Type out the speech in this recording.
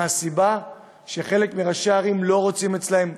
מהסיבה שחלק מראשי הערים לא רוצים אצלם,